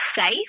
safe